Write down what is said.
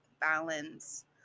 balance